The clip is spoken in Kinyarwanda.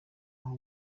aho